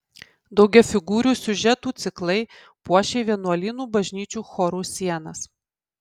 daugiafigūrių siužetų ciklai puošė vienuolynų bažnyčių chorų sienas